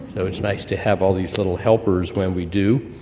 though, it's nice to have all these little helpers when we do.